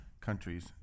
countries